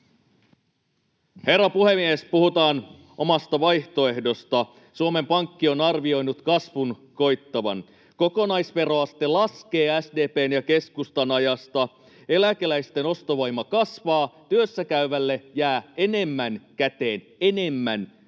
Herra puhemies! Puhutaan omasta vaihtoehdosta. Suomen Pankki on arvioinut kasvun koittavan. Kokonaisveroaste laskee SDP:n ja keskustan ajasta, eläkeläisten ostovoima kasvaa, työssäkäyvälle jää enemmän käteen — enemmän käteen